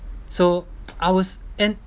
so I was and